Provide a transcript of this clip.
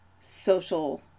social